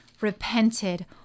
repented